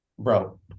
Bro